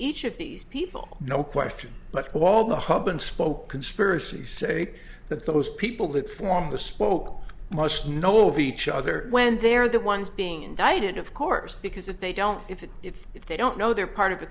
each of these people no question but all the hub and spoke conspiracy say that those people that form the spoke must know over each other when they're the ones being indicted of course because if they don't if it if if they don't know they're part of the